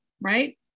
right